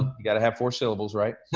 you got to have four syllables, right?